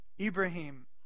Ibrahim